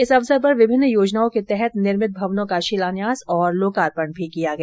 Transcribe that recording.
इस अवसर पर विभिन्न योजनाओं के तहत निर्मित भवनों का शिलान्यास और लोकार्पण भी किया गया